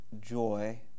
joy